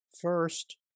First